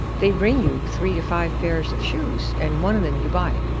they bring you three to five pairs of shoes and one of them you buy.